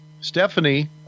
Stephanie